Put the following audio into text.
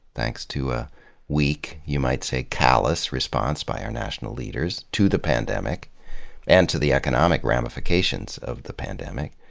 thanks to a weak, you might say callous, response by our national leaders to the pandemic and to the economic ramifications of the pandemic.